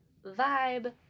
vibe